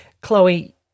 chloe